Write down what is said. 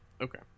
Okay